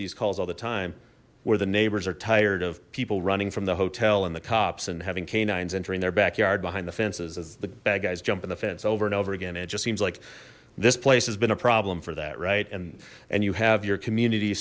these calls all the time where the neighbors are tired of people running from the hotel and the cops and having canines entering their backyard behind the fences as the bad guys jump in the fence over and over again it just seems like this place has been a problem for that right and you have your communit